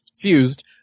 confused